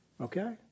okay